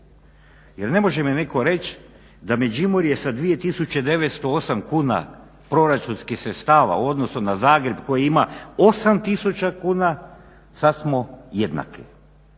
Jer ne može mi netko reći da Međimurje sa 2908 kuna proračunskih sredstava u odnosu na Zagreb koji ima 8000 kuna sad smo jednaki,